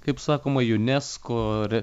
kaip sakoma unesco re